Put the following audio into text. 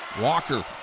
Walker